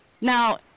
Now